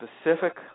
specific